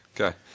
Okay